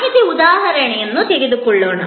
ಮಾಹಿತಿಯ ಉದಾಹರಣೆಯನ್ನು ತೆಗೆದುಕೊಳ್ಳೋಣ